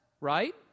right